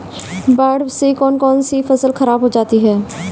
बाढ़ से कौन कौन सी फसल खराब हो जाती है?